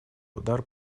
удар